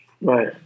Right